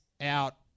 out